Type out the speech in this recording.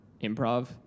improv